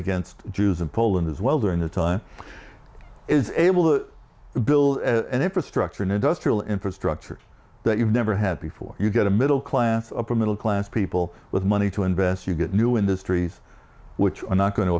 against jews in poland as well during the time is able to build an infrastructure an industrial infrastructure that you've never had before you get a middle class upper middle class people with money to invest you get new industries which are not going to